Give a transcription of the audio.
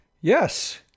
Yes